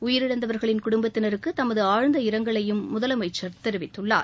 உயிரிழந்தவர்களின் குடும்பத்தினருக்கு தமது ஆழ்ந்த இரங்கலையும் முதலமைச்சர் தெரிவித்துள்ளார்